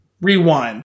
rewind